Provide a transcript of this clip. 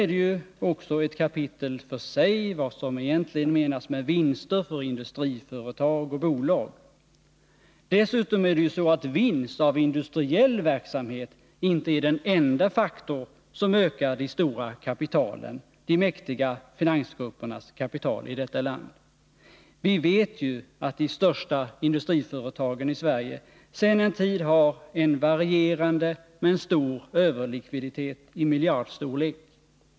Det är också ett kapitel för sig vad som egentligen menas med vinster för industriföretag och bolag. Dessutom är vinst av industriell verksamhet inte den enda faktor som ökar de stora kapitalen, de mäktiga finansgruppernas kapital i detta land. Vi vet ju att de största industriföretagen i Sverige sedan en tid tillbaka har en varierande men stor överlikviditet i miljardstorlek.